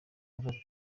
polly